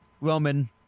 Roman